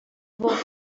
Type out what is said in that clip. vou